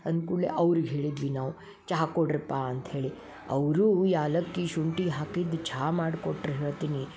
ಅಂದ್ಕುಡಲೆ ಅವ್ರಿಗೆ ಹೇಳಿದ್ವಿ ನಾವು ಚಹಾ ಕೊಡ್ರ್ಯಪ್ಪಾ ಅಂತ್ಹೇಳಿ ಅವರು ಏಲಕ್ಕಿ ಶುಂಠಿ ಹಾಕಿದ ಚಾ ಮಾಡ್ಕೊಟ್ರು ಹೇಳ್ತೀನಿ